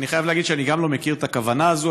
אני חייב להגיד שגם אני לא מכיר את הכוונה הזאת,